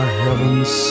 heaven's